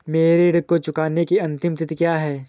मेरे ऋण को चुकाने की अंतिम तिथि क्या है?